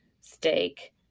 steak